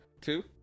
Two